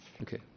Okay